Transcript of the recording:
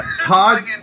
Todd